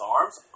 arms